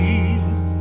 Jesus